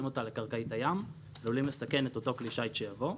אותה לקרקעית הים עלולים לסכן את אותו כלי שיט שיבוא.